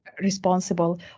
responsible